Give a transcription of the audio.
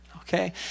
Okay